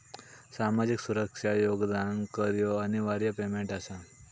सामाजिक सुरक्षा योगदान कर ह्यो अनिवार्य पेमेंट आसा